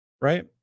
right